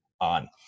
on